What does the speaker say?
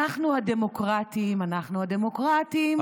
אנחנו הדמוקרטים, אנחנו הדמוקרטים.